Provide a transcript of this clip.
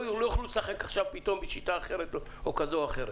לא יוכלו לשחק עכשיו פתאום בשיטה כזו או אחרת.